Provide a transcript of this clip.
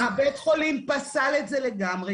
בית החולים פסל את זה לגמרי.